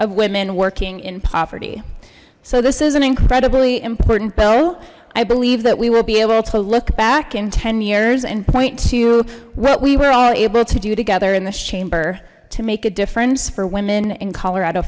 of women working in poverty so this is an incredibly important bill i believe that we will be able to look back in ten years and point to what we were all able to do together in this chamber to make a difference for women and colorado